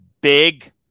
big